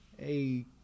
hey